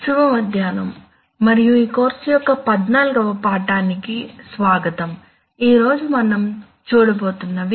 శుభ మధ్యాహ్నం మరియు ఈ కోర్సు యొక్క 14 వ పాఠానికి స్వాగతం ఈ రోజు మనం చూడబోతున్నవి